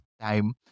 time